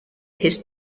his